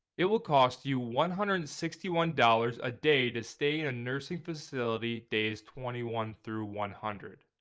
it will cost you one hundred and sixty one dollars a day to stay in nursing facility days twenty one through one hundred.